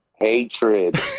hatred